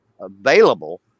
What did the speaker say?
available